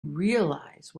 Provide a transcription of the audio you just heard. realize